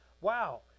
wow